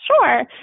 Sure